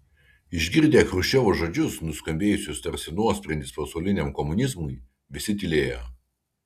išgirdę chruščiovo žodžius nuskambėjusius tarsi nuosprendis pasauliniam komunizmui visi tylėjo